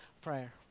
prayer